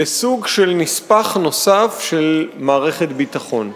לסוג של נספח נוסף של מערכת ביטחון.